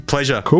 Pleasure